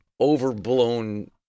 overblown